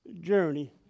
journey